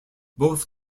both